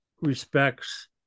respects